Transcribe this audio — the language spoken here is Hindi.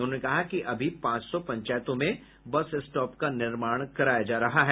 उन्होंने कहा कि अभी पांच सौ पंचायतों में बस स्टॉप का निर्माण कराया जा रहा है